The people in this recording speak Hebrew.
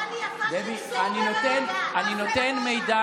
דבי, אני נותן מידע